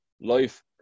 life